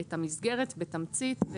את המסגרת בתמצית.